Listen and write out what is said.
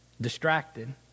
Distracted